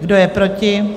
Kdo je proti?